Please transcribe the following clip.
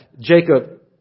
Jacob